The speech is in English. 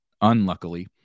unluckily